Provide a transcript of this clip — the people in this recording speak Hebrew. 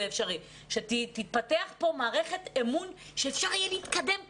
האפשרי כדי שתתפתח פה מערכת אמון שאפשר יהיה להתקדם קדימה.